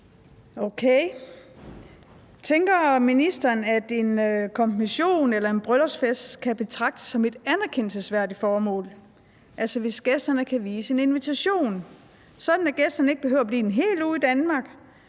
Okay. Tænker ministeren, at en konfirmation eller en bryllupsfest kan betragtes som et anerkendelsesværdigt formål, hvis gæsterne kan vise en invitation, sådan at gæsterne ikke behøver at blive en hel uge i Danmark?